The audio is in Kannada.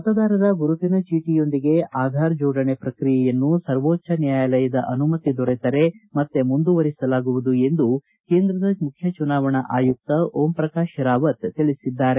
ಮತದಾರರ ಗುರುತಿನ ಚೀಟಿಯೊಂದಿಗೆ ಆಧಾರ್ ಜೋಡಣೆ ಪ್ರಕಿಯೆಯನ್ನು ಸರ್ವೋಚ್ಛ ನ್ಕಾಯಾಲಯದ ಅನುಮತಿ ದೊರೆತರೆ ಮತ್ತೆ ಮುಂದುವರೆಸಲಾಗುವುದು ಎಂದು ಕೇಂದ್ರದ ಮುಖ್ಯ ಚುನಾವಣಾ ಆಯುಕ್ತ ಓಂ ಪ್ರಕಾಶ್ ರಾವತ್ ತಿಳಿಸಿದ್ದಾರೆ